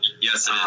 Yes